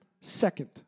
second